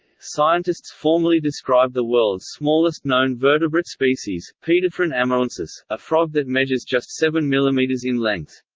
scientists formally describe the world's smallest known vertebrate species, paedophryne amauensis a frog that measures just seven millimeters in length.